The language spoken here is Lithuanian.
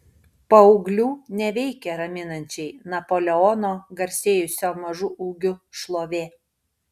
paauglių neveikia raminančiai napoleono garsėjusio mažu ūgiu šlovė